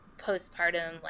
postpartum